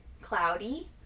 Cloudy